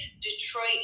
Detroit